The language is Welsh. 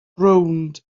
rownd